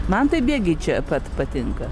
man tai bėgiai čia pat patinka